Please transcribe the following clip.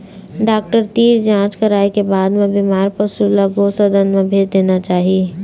doctor तीर जांच कराए के बाद म बेमार पशु ल गो सदन म भेज देना चाही